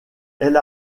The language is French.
elle